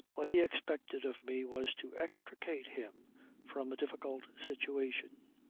what he expected of me was to extricate him from a difficult situation.